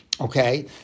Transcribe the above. Okay